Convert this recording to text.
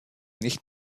nicht